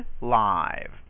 Live